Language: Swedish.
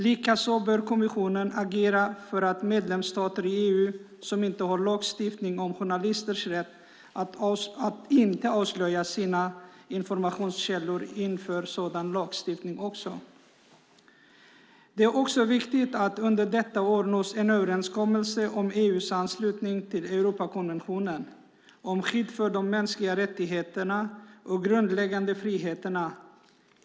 Likaså bör kommissionen agera för att medlemsstater i EU som inte har lagstiftning om journalisters rätt att inte avslöja sina informationskällor också inför sådan lagstiftning. Det är också viktigt att det under detta år nås en överenskommelse om EU:s anslutning till Europakonventionen om skydd för de mänskliga rättigheterna och grundläggande friheterna.